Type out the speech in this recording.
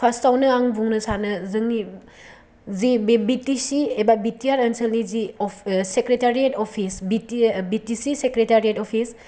फार्स्टावनो आं बुंनो सानो जोंनि जे बे बि टि सि एबा बि टि आर आनसोलनि जे secretariat office B T A आह B T C secretariat office